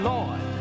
Lord